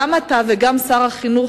גם אתה וגם שר החינוך,